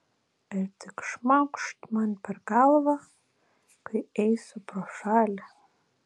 ir tik šmaukšt man per galvą kai eisiu pro šalį